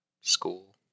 school